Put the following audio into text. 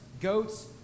goats